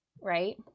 right